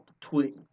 tweet